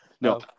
no